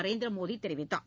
நரேந்திர மோடி தெரிவித்தார்